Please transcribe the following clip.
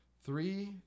Three